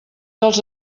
dels